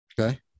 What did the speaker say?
Okay